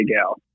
go